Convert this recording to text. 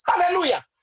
Hallelujah